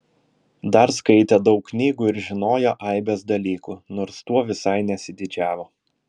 dar skaitė daug knygų ir žinojo aibes dalykų nors tuo visai nesididžiavo